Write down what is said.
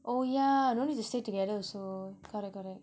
oh yeah no need to stay together also correct correct